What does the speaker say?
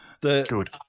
Good